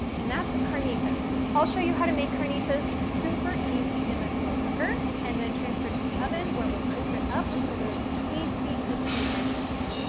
and that's carnitas. i'll show you how to make carnitas super easy in the slow cooker and then transfer it to the oven where we'll crisp it up for those tasty crispy edges.